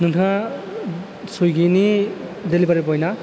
नोंथाङा सुइगिनि डिलिभारि बय ना